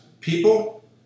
people